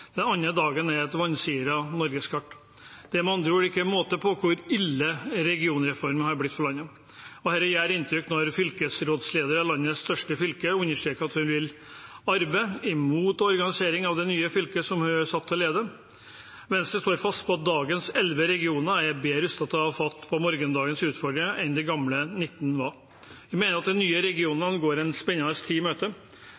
den andre dagen er det et vansiret norgeskart. Det er med andre ord ikke måte på hvor ille regionreformen har blitt for landet. Det gjør inntrykk når fylkesrådslederen i landets største fylke understreker at hun vil arbeide imot organiseringen av det nye fylket hun er satt til å lede. Venstre står fast på at dagens 11 regioner er bedre rustet til å ta fatt på morgendagens utfordringer enn de gamle 19 var. Vi mener de nye